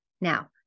Now